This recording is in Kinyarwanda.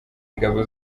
ingabo